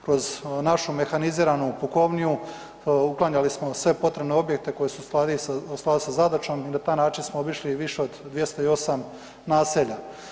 Kroz našu mehaniziranu pukovniju uklanjali smo sve potrebne objekte koje su slali sa zadaćom i na taj način smo obišli više od 208 naselja.